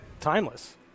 timeless